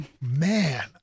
Man